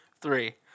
Three